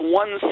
one